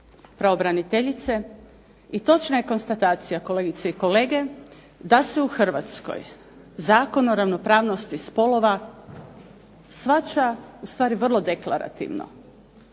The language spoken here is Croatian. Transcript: pravobraniteljice i točna je konstatacija kolegice i kolege, da se u Hrvatskoj Zakon o ravnopravnosti spolova shvaća vrlo deklarativno.